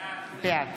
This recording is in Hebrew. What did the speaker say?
בעד